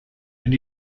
and